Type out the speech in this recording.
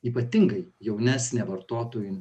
ypatingai jaunesnė vartotojų